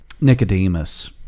Nicodemus